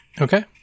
Okay